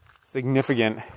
significant